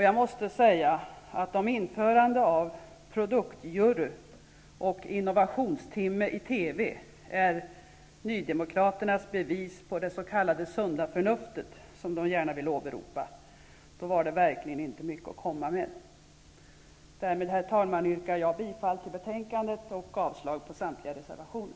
Jag måste säga att om införande av produktjury och innovationstimme i TV är Nydemokraternas bevis på det s.k. sunda förnuftet -- som de gärna vill åberopa -- var det verkligen inte mycket att komma med. Därmed, herr talman, yrkar jag bifall till hemställan i betänkandet och avslag på samtliga reservationer.